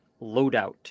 loadout